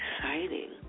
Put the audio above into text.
exciting